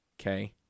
Okay